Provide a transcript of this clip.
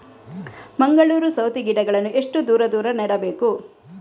ಮಂಗಳೂರು ಸೌತೆ ಗಿಡಗಳನ್ನು ಎಷ್ಟು ದೂರ ದೂರ ನೆಡಬೇಕು?